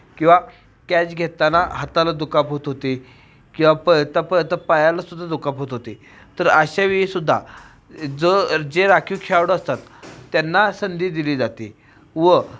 किंवा कॅच घेताना हाताला दुखापत होते किंवा प त प त पायालासुद्धा दुखापत होते तर अशावेळीसुद्धा जो जे राखीव खेळाडू असतात त्यांना संधी दिली जाते व